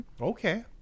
Okay